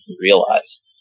realize